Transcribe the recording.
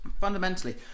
fundamentally